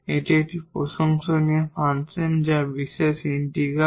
এটি একটি প্রশংসনীয় ফাংশন যা একটি বিশেষ ইন্টিগ্রাল